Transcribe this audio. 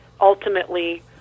ultimately